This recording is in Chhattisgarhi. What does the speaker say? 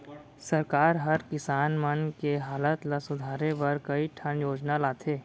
सरकार हर किसान मन के हालत ल सुधारे बर कई ठन योजना लाथे